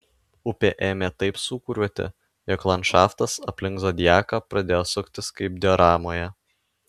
upė ėmė taip sūkuriuoti jog landšaftas aplink zodiaką pradėjo suktis kaip dioramoje